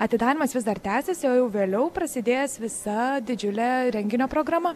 atidarymas vis dar tęsiasi o jau vėliau prasidės visa didžiulė renginio programa